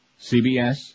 CBS